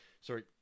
Sorry